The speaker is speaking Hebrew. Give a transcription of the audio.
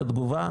תהיה תגובה,